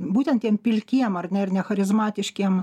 būtent tiem pilkiem ar ne ir necharizmatiškiem